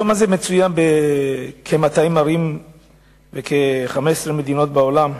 היום הזה מצוין בכ-200 ערים בכ-15 מדינות בעולם.